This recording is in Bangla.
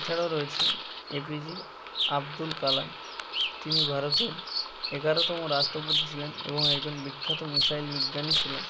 এছাড়াও রয়েছে এপিজে আব্দুল কালাম তিনি ভারতের এগারোতম রাষ্ট্রপতি ছিলেন এবং একজন বিখ্যাত মিসাইল বিজ্ঞানী ছিলেন